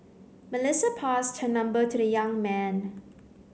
Melissa passed her number to the young man